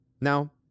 Now